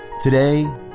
Today